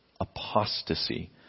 apostasy